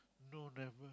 no them